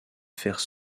faire